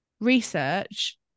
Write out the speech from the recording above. research